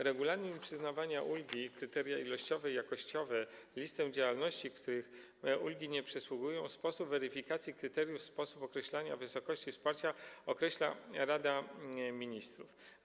Regulamin przyznawania ulgi, kryteria ilościowe i jakościowe, listę działalności, w przypadku których ulgi nie przysługują, sposób weryfikacji kryteriów, sposób ustalania wysokości wsparcia określa Rada Ministrów.